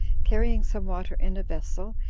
carrying some water in a vessel,